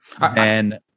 And-